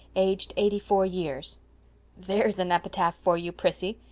aged eighty four years there's an epitaph for you, prissy.